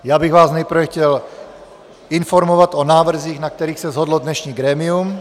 Já bych vás nejprve chtěl informovat o návrzích, na kterých se shodlo dnešní grémium.